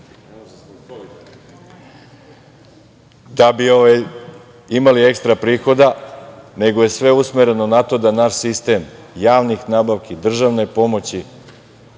da bi imali ekstra prihoda, nego je sve usmereno na to da naš sistem javnih nabavki, državne pomoći,